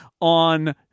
on